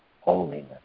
holiness